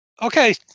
Okay